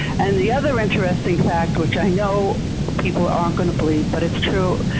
and the other interesting fact, which i know people aren't gonna believe, but it's true.